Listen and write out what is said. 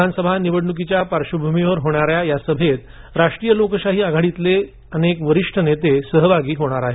विधानसभा निवडणुकीच्या पार्श्वभूमीवर होणाऱ्या या सभेत राष्ट्रीय लोकशाही आघाडीतले अनेक वरिष्ठ नेते सहभागी होणार आहेत